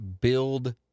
build